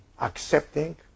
accepting